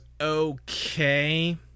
okay